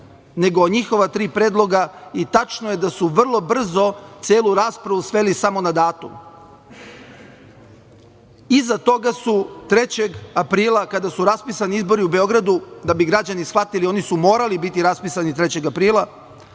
nego o njihova tri predloga i tačno je da su vrlo brzo celu raspravu sveli samo na datum. Iza toga su 3. aprila, kada su raspisani izbori u Beogradu, da bi građani shvatili, oni su morali biti raspisani 3. aprila,